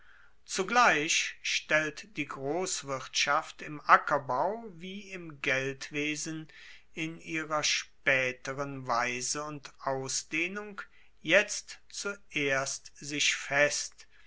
zugleich stellt die grosswirtschaft im ackerbau wie im geldwesen in ihrer spaeteren weise und ausdehnung jetzt zuerst sich fest